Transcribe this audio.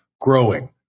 growing